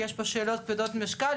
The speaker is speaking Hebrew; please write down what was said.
תסבירו.